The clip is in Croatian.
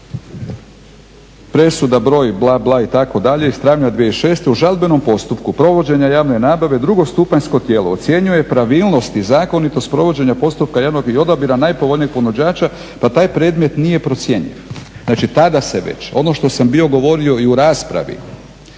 presuda broj bla bla, itd. … 2006. u žalbenom postupku provođenja javne nabave drugostupanjsko tijelo ocjenjuje pravilnost i zakonitost provođenja postupka i odabira najpovoljnijeg ponuđača pa taj predmet nije procjenjiv. Znači, tada se već, ono što sam bio govorio i u raspravi.